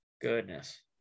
Goodness